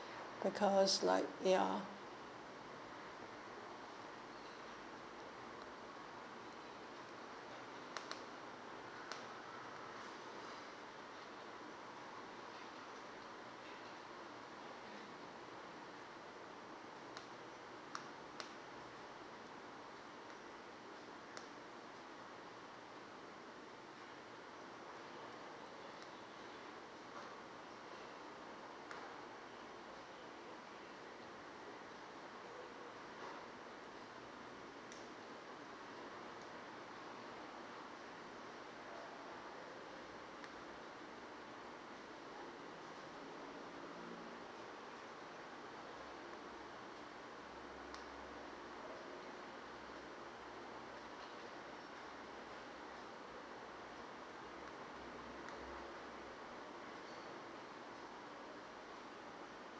because like ya